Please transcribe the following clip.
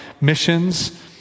missions